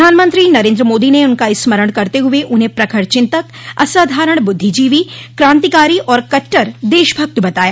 प्रधानमंत्री नरेन्द्र मोदी ने उनका स्मरण करते हुए उन्हें प्रखर चिंतक असाधारण बुद्विजीवी क्रांतिकारी और कट्टर देशभक्त बताया